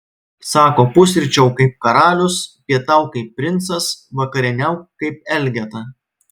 sako pusryčiauk kaip karalius pietauk kaip princas vakarieniauk kaip elgeta